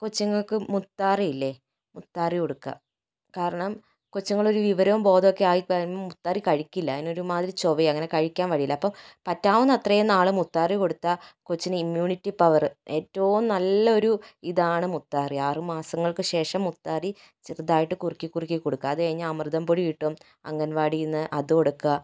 കൊച്ചുങ്ങൾക്ക് മുത്താറിയില്ലേ മുത്താറി കൊടുക്കുക കാരണം കൊച്ചുങ്ങളൊരു വിവരവും ബോധവുമൊക്കെ ആയിക്കഴിഞ്ഞാൽ മുത്താറി കഴിക്കില്ല അതിനൊരുമാതിരി ചൊവയാണ് അങ്ങനെ കഴിക്കാൻ വഴിയില്ല അപ്പോൾ പറ്റാവുന്നത്രയും നാള് മുത്താറി കൊടുത്താൽ കൊച്ചിന് ഇമ്മ്യൂണിറ്റി പവറ് ഏറ്റവും നല്ല ഒരു ഇതാണ് മുത്താറി ആറു മാസങ്ങൾക്ക് ശേഷം മുത്താറി ചെറുതായിട്ട് കുറുക്കി കുറുക്കി കൊടുക്കാം അതുകഴിഞ്ഞാൽ അമൃതം പൊടി കിട്ടും അംഗൻവാടിയിൽ നിന്ന് അത് കൊടുക്കുക